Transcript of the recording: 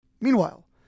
Meanwhile